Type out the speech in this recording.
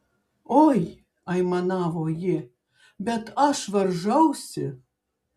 oi aimanavo ji bet aš varžausi